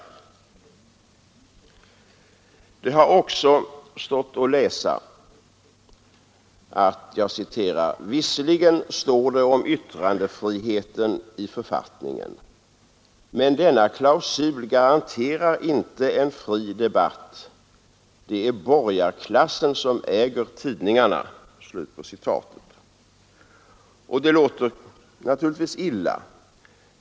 Det har också stått att läsa: ”Visserligen står det om yttrandefriheten i författningen, men denna klausul garanterar inte en fri debatt. Det är borgarklassen som äger tidningarna.” Detta låter naturligtvis illa.